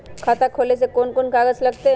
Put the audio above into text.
खाता खोले ले कौन कौन कागज लगतै?